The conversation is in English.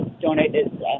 donated